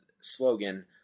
slogan